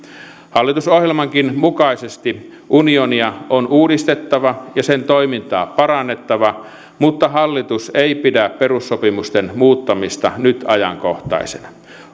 hallitusohjelmankin mukaisesti unionia on uudistettava ja sen toimintaa parannettava mutta hallitus ei pidä perussopimusten muuttamista nyt ajankohtaisena